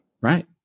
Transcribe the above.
Right